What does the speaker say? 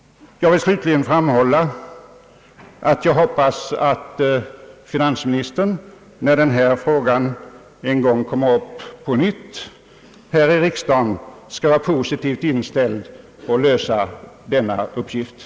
Jag vill slutligen framhålla att jag hoppas att finansministern skall vara mera positivt inställd, när den här frågan på nytt kommer upp här i riksdagen.